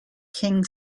king